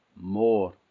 more